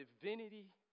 divinity